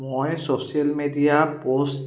মই social media post